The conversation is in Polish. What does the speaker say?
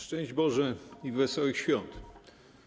Szczęść Boże i wesołych świąt!